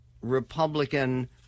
Republican